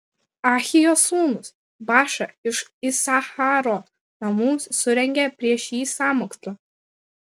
ahijos sūnus baša iš isacharo namų surengė prieš jį sąmokslą